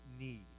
Need